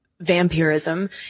vampirism